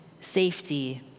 safety